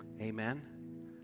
amen